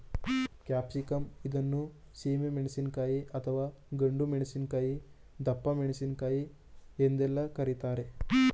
capsicum ಇದನ್ನು ಸೀಮೆ ಮೆಣಸಿನಕಾಯಿ, ಅಥವಾ ಗುಂಡು ಮೆಣಸಿನಕಾಯಿ, ದಪ್ಪಮೆಣಸಿನಕಾಯಿ ಎಂದೆಲ್ಲ ಕರಿತಾರೆ